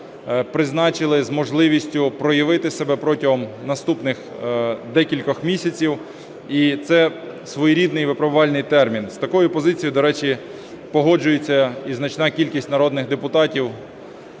призначили з можливістю проявити себе протягом наступних декількох місяців, і це своєрідний випробувальний термін. З такою позицією, до речі, погоджується і значна кількість народних депутатів.